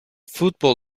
football